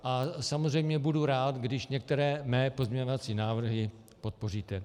A samozřejmě budu rád, když některé mé pozměňovací návrhy podpoříte.